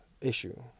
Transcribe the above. issue